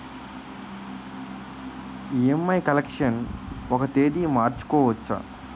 EMI collection ఒక తేదీ మార్చుకోవచ్చా?